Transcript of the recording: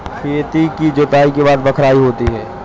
खेती की जुताई के बाद बख्राई होती हैं?